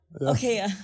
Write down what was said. okay